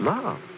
Love